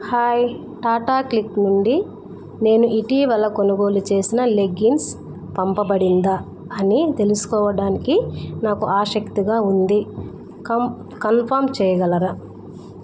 hi Tata CLiQ నుండి నేను ఇటీవల కొనుగోలు చేసిన లెగ్గిన్స్ పంపబడిందా అనీ తెలుసుకోవడానికి నాకు ఆసక్తిగా ఉంది కం కన్ఫర్మ్ చెయ్యగలరా